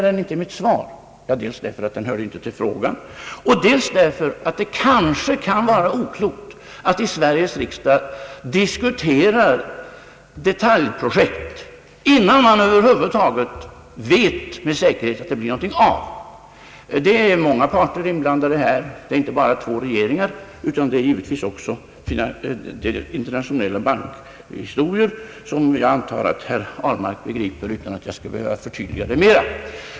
Det var dels därför att den inte hörde till frågan och dels därför att det kanske kan vara oklokt att i Sveriges riksdag diskutera detaljprojekt innan man över huvud taget med säkerhet vet att det blir någonting av. Det är många parter som är inblandade här. Det är inte bara två regeringar, utan det rör sig givetvis också om internationella bankproblem, vilket jag antar att herr Ahlmark begriper utan att jag skall behöva förtydliga det mera.